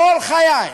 כל חיי,